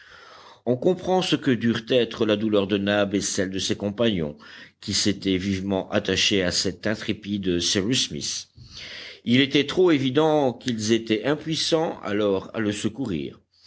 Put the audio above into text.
on comprend ce que durent être la douleur de nab et celle de ses compagnons qui s'étaient vivement attachés à cet intrépide cyrus smith il était trop évident qu'ils étaient impuissants alors à le secourir